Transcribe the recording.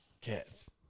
Cats